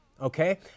Okay